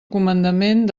comandament